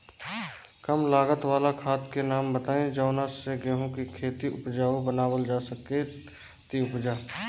कम लागत वाला खाद के नाम बताई जवना से गेहूं के खेती उपजाऊ बनावल जा सके ती उपजा?